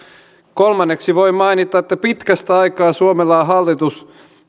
kolmanneksi voi mainita että pitkästä aikaa suomella on hallitus